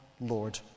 Lord